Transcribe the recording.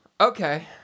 Okay